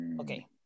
okay